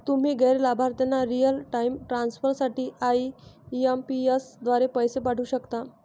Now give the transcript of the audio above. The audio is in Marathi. तुम्ही गैर लाभार्थ्यांना रिअल टाइम ट्रान्सफर साठी आई.एम.पी.एस द्वारे पैसे पाठवू शकता